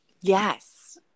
yes